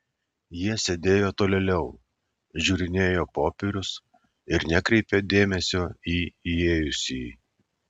jis sėdėjo tolėliau žiūrinėjo popierius ir nekreipė dėmesio į įėjusįjį